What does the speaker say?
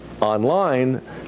online